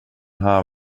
här